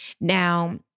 Now